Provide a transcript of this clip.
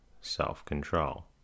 self-control